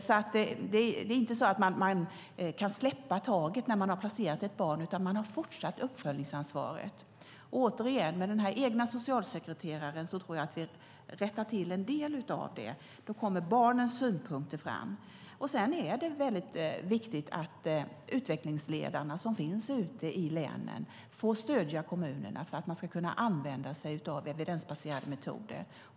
Det är inte så att man kan släppa taget när man har placerat ett barn, utan man har fortsatt uppföljningsansvar. Återigen: Med den egna socialsekreteraren tror jag att en del av detta rättas till. Då kommer barnens synpunkter fram. Sedan är det viktigt att de utvecklingsledare som finns ute i länen får stödja kommunerna så att de använder sig av evidensbaserade metoder.